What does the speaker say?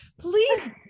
please